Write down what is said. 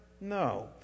No